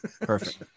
Perfect